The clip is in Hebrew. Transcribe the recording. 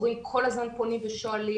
הורים כל הזמן פונים ושואלים,